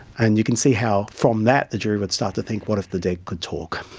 and you can see how from that the jury would start to think what if the dead could talk.